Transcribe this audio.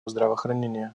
здравоохранения